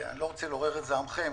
אני לא רוצה לעורר את זעמכם,